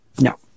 No